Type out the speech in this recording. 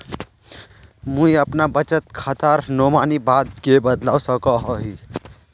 मुई अपना बचत खातार नोमानी बाद के बदलवा सकोहो ही?